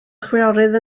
chwiorydd